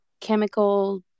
chemical